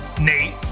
Nate